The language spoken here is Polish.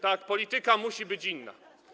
Tak, polityka musi być inna.